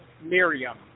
Miriam